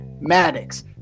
Maddox